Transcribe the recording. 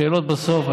שאלות בסוף,